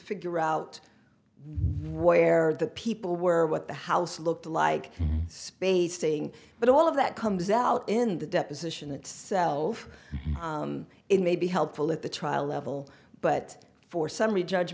figure out where the people were what the house looked like space staying but all of that comes out in the deposition itself it may be helpful at the trial level but for some recharge